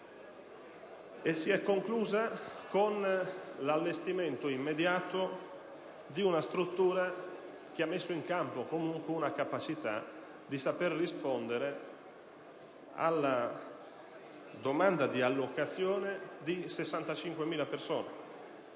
da piangere - con l'allestimento immediato di una struttura che ha messo in campo una capacità di risposta alla domanda di allocazione di 65.000 persone.